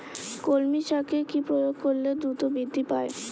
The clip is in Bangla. কলমি শাকে কি প্রয়োগ করলে দ্রুত বৃদ্ধি পায়?